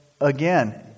again